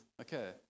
okay